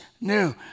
new